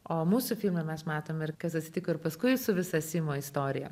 o mūsų filme mes matom ir kas atsitiko ir paskui su visa simo istorija